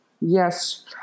Yes